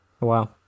wow